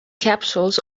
capsules